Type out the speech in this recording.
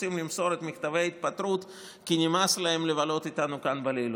ורוצים למסור את מכתבי ההתפטרות כי נמאס להם לבלות איתנו כאן בלילות?